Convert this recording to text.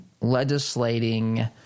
legislating